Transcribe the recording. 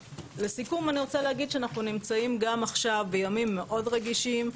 לסיכום אני רוצה להגיד שאנחנו נמצאים גם עכשיו בימים מאוד רגישים,